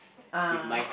ah